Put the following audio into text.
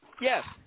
Yes